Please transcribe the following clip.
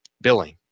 billing